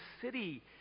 city